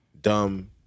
Dumb